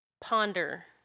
ponder